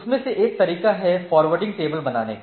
उस में से एक तरीका है फॉरवार्डिंग टेबल बनाने का